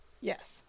Yes